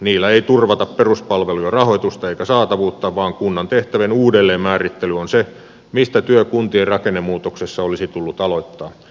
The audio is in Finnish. niillä ei turvata peruspalvelujen rahoitusta eikä saatavuutta vaan kunnan tehtä vien uudelleenmäärittely on se mistä työ kun tien rakennemuutoksessa olisi tullut aloittaa